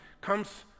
comes